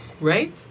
Right